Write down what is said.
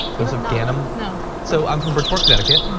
joseph ganim? no. so, i'm from bridgeport, connecticut.